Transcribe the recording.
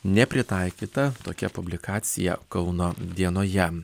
nepritaikyta tokia publikacija kauno dienoje